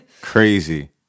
Crazy